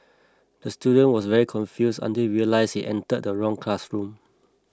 the student was very confused until he realised he entered the wrong classroom